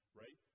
right